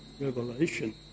Revelation